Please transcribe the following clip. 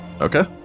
Okay